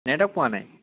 network পোৱা নাই